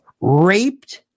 raped